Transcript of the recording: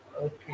Okay